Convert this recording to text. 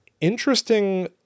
interesting